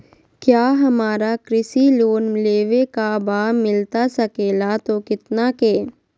क्या हमारा कृषि लोन लेवे का बा मिलता सके ला तो कितना के?